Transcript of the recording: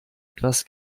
etwas